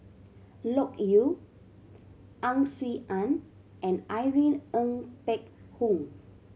Loke Yew Ang Swee Aun and Irene Ng Phek Hoong